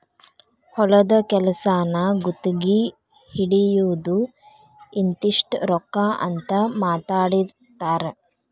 ಹೊಲದ ಕೆಲಸಾನ ಗುತಗಿ ಹಿಡಿಯುದು ಇಂತಿಷ್ಟ ರೊಕ್ಕಾ ಅಂತ ಮಾತಾಡಿರತಾರ